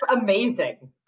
amazing